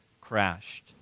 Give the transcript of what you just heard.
crashed